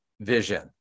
vision